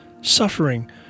Suffering